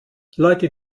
leute